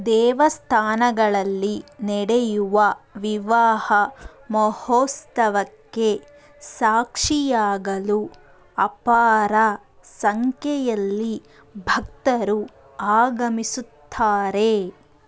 ದೇವಸ್ಥಾನಗಳಲ್ಲಿ ನಡೆಯುವ ವಿವಾಹ ಮಹೋತ್ಸವಕ್ಕೆ ಸಾಕ್ಷಿಯಾಗಲು ಅಪಾರ ಸಂಖ್ಯೆಯಲ್ಲಿ ಭಕ್ತರು ಆಗಮಿಸುತ್ತಾರೆ